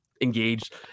engaged